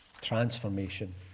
Transformation